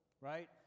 Right